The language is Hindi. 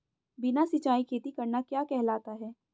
बिना सिंचाई खेती करना क्या कहलाता है?